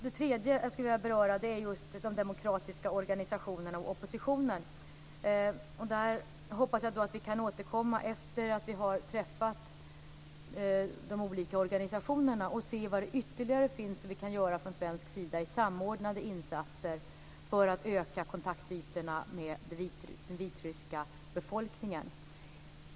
Jag skulle också vilja beröra de demokratiska organisationerna och oppositionen. Där hoppas jag att vi kan återkomma efter att vi har träffat de olika organisationerna och se vad det ytterligare finns som vi kan göra från svensk sida i samordnade insatser för att öka kontaktytorna med den vitryska befolkningen.